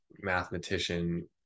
mathematician